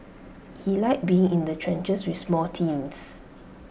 he liked being in the trenches with small teams